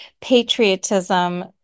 patriotism